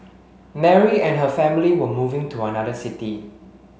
Mary and her family were moving to another city